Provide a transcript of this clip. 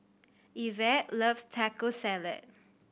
Ivette loves Taco Salad